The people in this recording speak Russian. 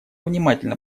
внимательно